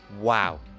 Wow